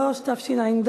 200)